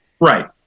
Right